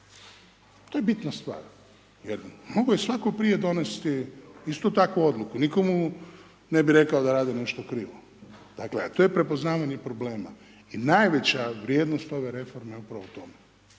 to je bitna stvar, jer mogao je svatko prije donesti istu takvu odluku, nitko mu ne bi rekao da radi nešto krivo. A, dakle, to je prepoznavanje problema. I najveća vrijednost ove reforme je upravo to.